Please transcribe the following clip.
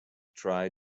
try